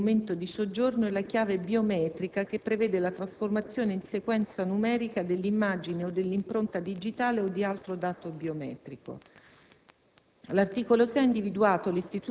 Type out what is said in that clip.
che identifica univocamente il documento di soggiorno e la «chiave biometrica» che prevede la trasformazione in sequenza numerica dell'immagine o dell'impronta digitale o di altro dato biometrico.